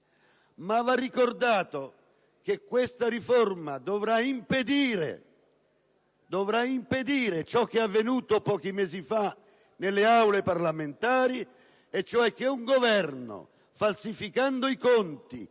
Ma va ricordato che questa riforma dovrà impedire ciò che è avvenuto pochi mesi fa nelle Aule parlamentari: cioè che un Governo, falsificando i conti,